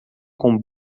com